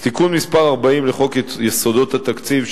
תיקון מס' 40 לחוק יסודות התקציב,